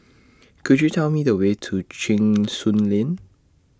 Could YOU Tell Me The Way to Cheng Soon Lane